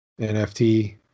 NFT